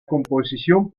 composición